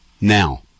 Now